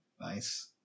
Nice